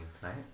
tonight